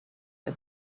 der